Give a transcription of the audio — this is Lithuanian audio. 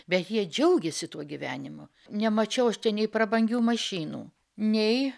bet jie džiaugiasi tuo gyvenimu nemačiau nei prabangių mašinų nei